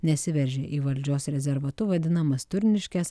nesiveržė į valdžios rezervatu vadinamas turniškes